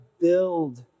build